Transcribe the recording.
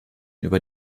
über